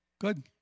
Good